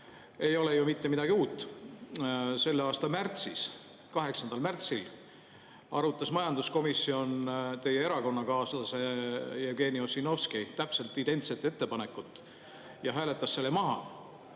ei ole ju mitte midagi uut. Selle aasta märtsis, 8. märtsil arutas majanduskomisjon teie erakonnakaaslase Jevgeni Ossinovski identset ettepanekut ja hääletas selle maha,